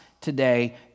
today